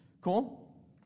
cool